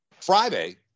Friday